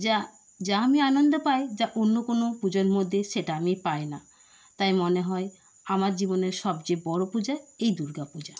যা যা আমি আনন্দ পাই যা অন্য কোনও পুজোর মধ্যে সেটা আমি পাই না তাই মনে হয় আমার জীবনের সবচেয়ে বড় পূজা এই দুর্গাপূজা